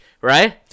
Right